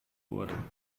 wurde